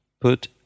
Put